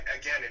again